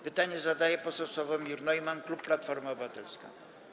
Pytanie zadaje poseł Sławomir Neumann, klub Platforma Obywatelska.